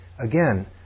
Again